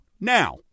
Now